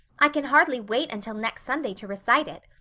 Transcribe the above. i can hardly wait until next sunday to recite it.